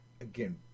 again